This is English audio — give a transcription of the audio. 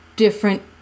different